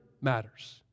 matters